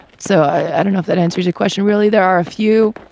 so i don't know if that answers your question. really, there are a few.